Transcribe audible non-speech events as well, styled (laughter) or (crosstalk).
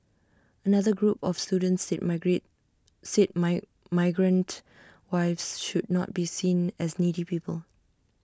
another group of students said (unintelligible) said might migrant wives should not be seen as needy people